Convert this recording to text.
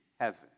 heaven